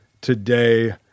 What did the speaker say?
today